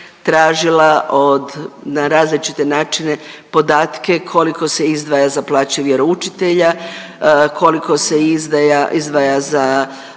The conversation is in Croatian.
tražila od na različite načine podatke koliko se izdvaja za plaće vjeroučitelja, koliko se izdvaja za